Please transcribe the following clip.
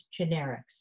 generics